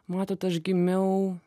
matot aš gimiau